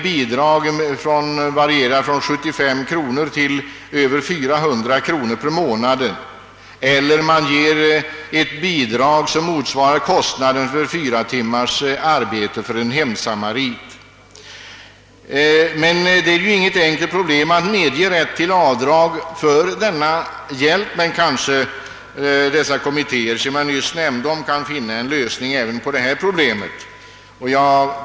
Beloppen varierar från 75 kronor till över 400 kronor per månad eller också ger man ett bidrag motsvarande fyra timmars arbete för en hemsamarit. Det är ingen enkel sak att formulera regler för rätt till avdrag för hjälp av detta slag, men kanske de kommittéer jag nämnde. kan finna en lösning av frågan.